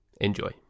enjoy